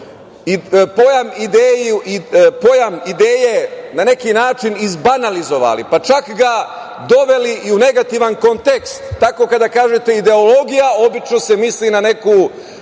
i pojam ideje na neki način izbanalizovali, pa čak ga doveli i u negativan kontekst, pa tako kada kažete ideologija obično se misli na neku